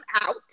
out